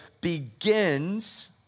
Begins